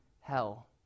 hell